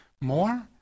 more